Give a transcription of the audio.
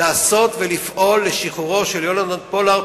לעשות ולפעול לשחרורו של יהונתן פולארד,